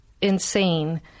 insane